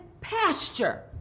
pasture